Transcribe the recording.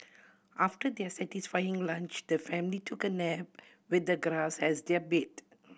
after their satisfying lunch the family took a nap with the grass as their bed